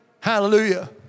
Hallelujah